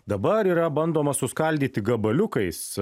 dabar yra bandoma suskaldyti gabaliukais